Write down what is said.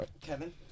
Kevin